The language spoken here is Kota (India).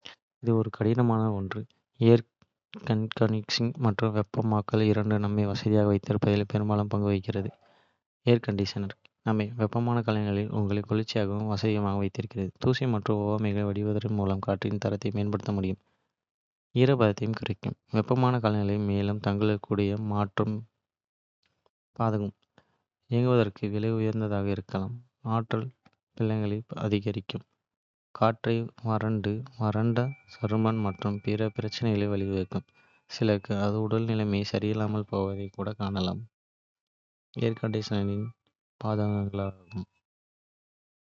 இது ஒரு கடினமான ஒன்று, ஏர் கண்டிஷனிங் மற்றும் வெப்பமாக்கல் இரண்டும் நம்மை வசதியாக வைத்திருப்பதில் பெரும் பங்கு வகிக்கின்றன. நான் அதை எவ்வாறு உடைப்பேன் என்பது இங்கே. ஏர் கண்டிஷனிங் நன்மை. வெப்பமான காலநிலையில் உங்களை குளிர்ச்சியாகவும் வசதியாகவும் வைத்திருக்கிறது. தூசி மற்றும் ஒவ்வாமைகளை வடிகட்டுவதன் மூலம் காற்றின் தரத்தை மேம்படுத்த முடியும். ஈரப்பதத்தைக் குறைக்கும், வெப்பமான காலநிலையை மேலும் தாங்கக்கூடியதாக மாற்றும். பாதகம். இயங்குவதற்கு விலை உயர்ந்ததாக இருக்கலாம், ஆற்றல் பில்களை அதிகரிக்கும். காற்றை வறண்டு, வறண்ட சருமம் மற்றும் பிற பிரச்சினைகளுக்கு வழிவகுக்கும். சிலருக்கு அது உடல்நிலை சரியில்லாமல் போவதைக் காணலாம்.